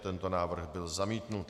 Tento návrh byl zamítnut.